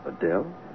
Adele